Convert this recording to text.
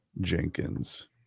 Jenkins